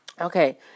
Okay